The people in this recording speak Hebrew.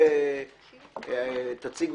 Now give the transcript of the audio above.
אני חן בר-סיוף,